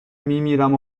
میمیرم